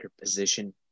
position